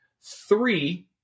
Three